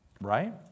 Right